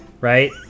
right